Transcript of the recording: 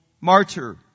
martyr